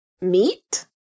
meat